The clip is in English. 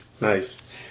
Nice